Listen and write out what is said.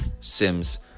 Sims